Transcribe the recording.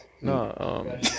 No